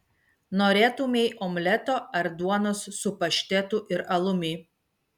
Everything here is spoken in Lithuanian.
norėtumei omleto ar duonos su paštetu ir alumi